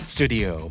Studio